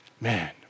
man